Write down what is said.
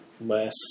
less